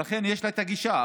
ולכן יש לה את הגישה,